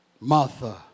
Martha